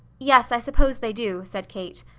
yes, i suppose they do, said kate.